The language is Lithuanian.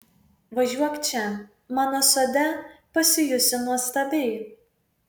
važiuok čia mano sode pasijusi nuostabiai